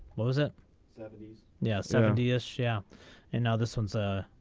wasn't seventies. now seventy s. yeah and now this one's a.